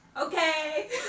Okay